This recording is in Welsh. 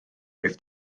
oedd